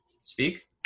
speak